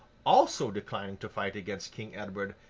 also declining to fight against king edward,